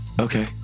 Okay